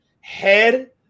head